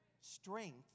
strength